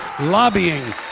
lobbying